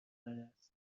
است